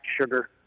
sugar